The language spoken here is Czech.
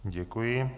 Děkuji.